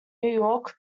york